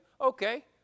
Okay